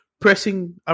pressing